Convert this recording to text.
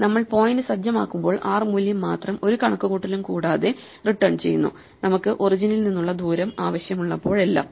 നമ്മൾ പോയിന്റ് സജ്ജമാക്കുമ്പോൾ r മൂല്യം മാത്രം ഒരു കണക്കുകൂട്ടലും കൂടാതെ റിട്ടേൺ ചെയ്യുന്നു നമുക്ക് ഒറിജിനിൽ നിന്നുള്ള ദൂരം ആവശ്യമുള്ളപ്പോഴെല്ലാം